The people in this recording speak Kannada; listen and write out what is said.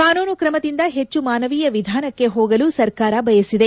ಕಾನೂನು ಕ್ರಮದಿಂದ ಹೆಚ್ಚು ಮಾನವೀಯ ವಿಧಾನಕ್ಕೆ ಹೋಗಲು ಸರ್ಕಾರ ಬಯಸಿದೆ